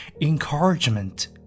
encouragement